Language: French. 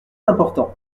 important